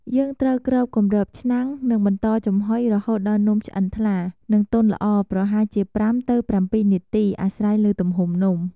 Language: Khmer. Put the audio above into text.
យើងត្រូវគ្របគម្របឆ្នាំង និងបន្តចំហុយរហូតដល់នំឆ្អិនថ្លា និងទន់ល្អ ប្រហែលជា ៥ទៅ៧ នាទី អាស្រ័យលើទំហំនំ។